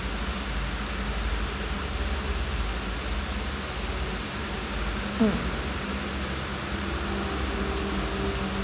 mm